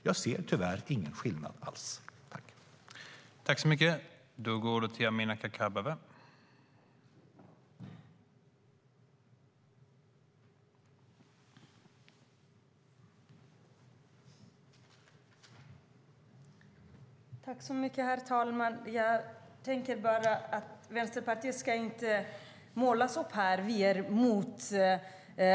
Jag ser tyvärr ingen skillnad alls.